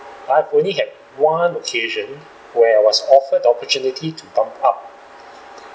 I have only had one occasion where I was offered the opportunity to bump up